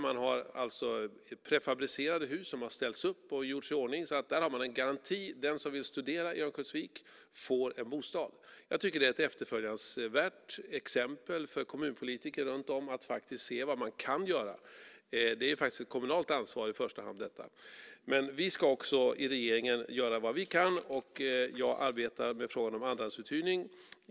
Man har ställt upp prefabricerade hus som har gjorts i ordning. Där har man en garanti att den som vill studera i Örnsköldsvik får en bostad. Jag tycker att det är ett efterföljansvärt exempel för kommunpolitiker runt om. Där kan man se vad man kan göra. Detta är i första hand ett kommunalt ansvar, men vi i regeringen ska också göra vad vi kan. Jag arbetar med frågan om andrahandsuthyrning.